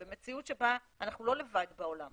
במציאות שבה אנחנו לא לבד בעולם,